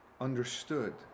understood